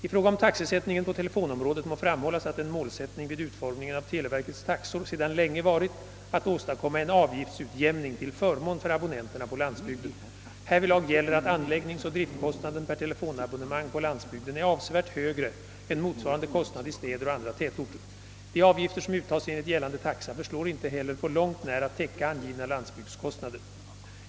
I fråga om taxesättningen på telefonområdet må framhållas, att en målsättning vid utformningen av televerkets taxor sedan länge varit att åstadkomma en avgiftsutjämning till förmån för abonnenterna på landsbygden. Härvidlag gäller att anläggningsoch driftkostnaden per telefonabonnemang på landsbygden är avsevärt högre än motsvarande kostnad i städer och andra tätorter. De avgifter, som uttas enligt gällande taxa, förslår inte heller på långt när att täcka angivna landsbygdskostnader.